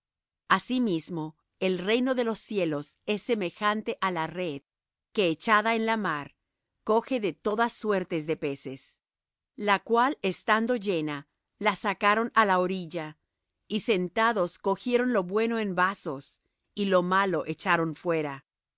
compró asimismo el reino de los cielos es semejante á la red que echada en la mar coge de todas suertes de peces la cual estando llena la sacaron á la orilla y sentados cogieron lo bueno en vasos y lo malo echaron fuera